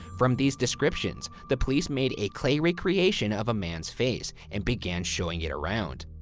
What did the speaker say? from these descriptions, the police made a clay recreation of a man's face and began showing it around.